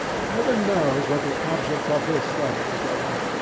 heaven knows what the objects of his studies are.